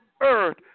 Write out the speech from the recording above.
earth